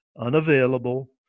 unavailable